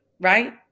Right